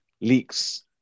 leaks